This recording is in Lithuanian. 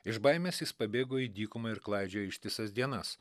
iš baimės jis pabėgo į dykumą ir klaidžiojo ištisas dienas